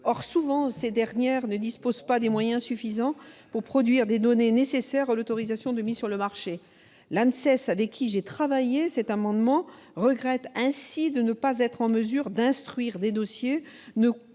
Or, souvent, ces dernières ne disposent pas des moyens suffisants pour produire des données nécessaires à l'autorisation de mise sur le marché. L'ANSES, avec qui j'ai travaillé cet amendement, regrette ainsi de ne pas être en mesure d'instruire des dossiers